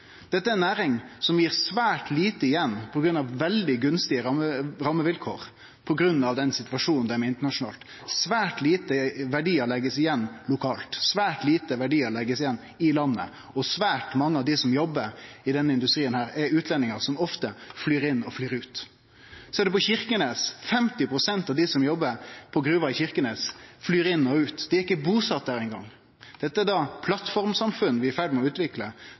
Dette er ei næring som gjev svært lite igjen, på grunn av svært gunstige rammevilkår, på grunn av den situasjonen dei er i internasjonalt. Svært lite av verdiar blir lagde igjen lokalt. Svært lite av verdiar blir lagde igjen i landet. Og svært mange av dei som jobbar i denne industrien, er utlendingar som ofte flyr inn og flyr ut. 50 pst. av dei som jobbar i gruva i Kirkenes flyr inn og ut, dei er ikkje busette der eingong. Dette er plattformsamfunn vi er i ferd med å utvikle,